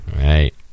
Right